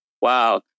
wow